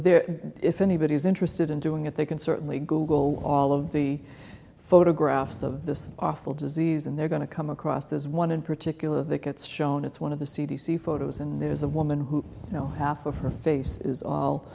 there if anybody is interested in doing it they can certainly google all of the photographs of this awful disease and they're going to come across there's one in particular that gets shown it's one of the c d c photos and there's a woman who you know half of her face is all